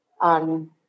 on